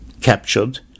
captured